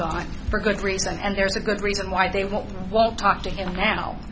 gone for good reason and there's a good reason why they won't won't talk to him now